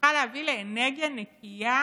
שיוכל להביא לאנרגיה נקייה